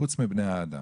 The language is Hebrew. חוץ מבני האדם.